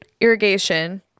irrigation